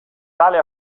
tale